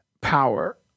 power